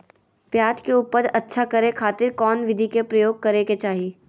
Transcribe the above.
प्याज के उपज अच्छा करे खातिर कौन विधि के प्रयोग करे के चाही?